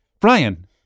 Brian